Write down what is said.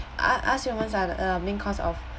us us humans are the err main cause of